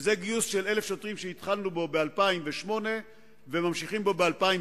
וזה גיוס של 1,000 שוטרים שהתחלנו בו ב-2008 וממשיכים בו ב-2009,